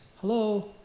Hello